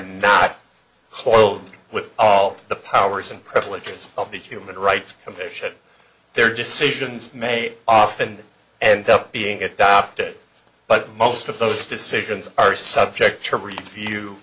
not clothed with all the powers and privileges of the human rights commission their decisions may often end up being adopted but most of those decisions are subject to review